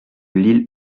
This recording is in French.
l’île